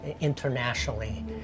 internationally